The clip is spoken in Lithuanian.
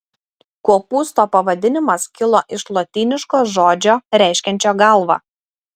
kopūsto pavadinimas kilo iš lotyniško žodžio reiškiančio galvą